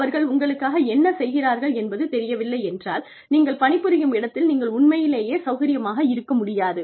அவர்கள் உங்களுக்காக என்ன செய்கிறார்கள் என்பது தெரியவில்லை என்றால் நீங்கள் பணி புரியும் இடத்தில் நீங்கள் உண்மையிலேயே சௌகரியமாக இருக்க முடியாது